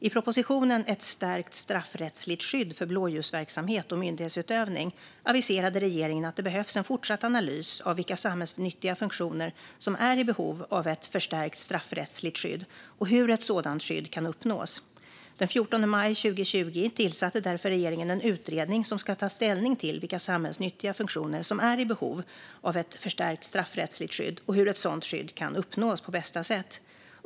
I propositionen Ett stärkt straffrättsligt skydd för blåljusverksamhet och myndighetsutövning aviserade regeringen att det behövs en fortsatt analys av vilka samhällsnyttiga funktioner som är i behov av ett förstärkt straffrättsligt skydd och hur ett sådant skydd kan uppnås. Den 14 maj 2020 tillsatte därför regeringen en utredning som ska ta ställning till vilka samhällsnyttiga funktioner som är i behov av ett förstärkt straffrättsligt skydd och hur ett sådant skydd kan uppnås på bästa sätt.